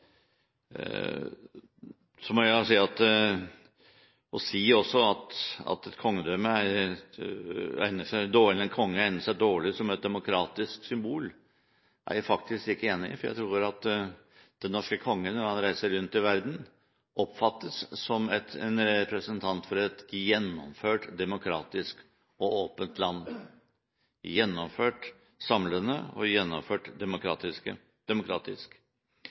så radikalt, føler jeg meg hjemme i det. Å si at en konge egner seg dårlig som et demokratisk symbol, er jeg faktisk ikke enig i, for jeg tror at den norske kongen, når han reiser rundt i verden, oppfattes som en representant for et gjennomført demokratisk og åpent land – gjennomført samlende og gjennomført demokratisk.